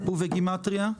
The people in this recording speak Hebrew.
ובגימטרייה?